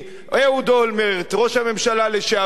אהוד אולמרט ראש הממשלה לשעבר,